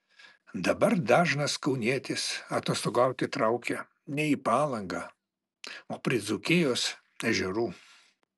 dabar dažnas kaunietis atostogauti traukia ne į palangą o prie dzūkijos ežerų